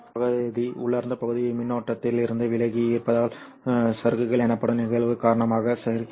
இந்த பகுதி உள்ளார்ந்த பகுதி மின்னோட்டத்திலிருந்து விலகி இருப்பதால் சறுக்கல் எனப்படும் நிகழ்வு காரணமாக சரி